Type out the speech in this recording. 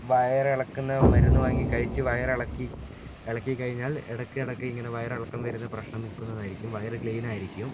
വയറിളക്കുന്ന മരുന്ന് വാങ്ങിക്കഴിച്ച് വയറിളക്കി ഇളക്കിക്കഴിഞ്ഞാൽ ഇടക്ക് ഇടക്ക് ഇങ്ങനെ വയറിളക്കം വരുന്ന പ്രശ്നം നിക്കുന്നതായിരിക്കും വയറു ക്ലീൻ ആയിരിക്കും